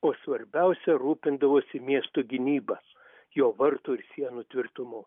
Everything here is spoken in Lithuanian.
o svarbiausia rūpindavosi miesto gynyba jo vartų ir sienų tvirtumu